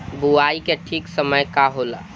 बुआई के ठीक समय का होला?